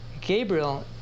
Gabriel